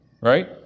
right